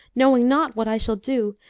knowing not what i shall do,